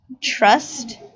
trust